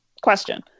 question